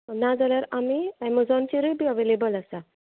नाजाल्यार आमी एमजॉनचेरूय बी अवेलेबल आसा